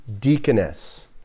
deaconess